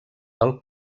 del